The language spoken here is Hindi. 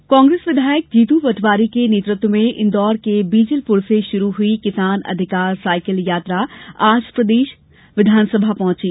जीतू पटवारी कांग्रेस विधायक जीतू पटवारी के नेतृत्व में इंदौर के बीजलपुर से शुरू हुई किसान अधिकार साइकिल यात्रा आज प्रदेश विधानसभा पहुंची